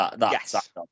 Yes